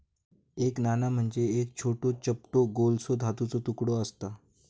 एक नाणा म्हणजे एक छोटो, चपटो गोलसो धातूचो तुकडो आसता